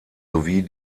sowie